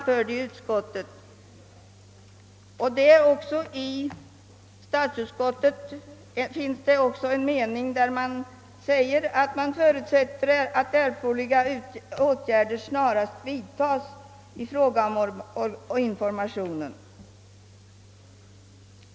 Också i förevarande utlåtande från statsutskottet framhålles att man förutsätter att erforderliga åtgärder snarast vidtas beträffande informationen.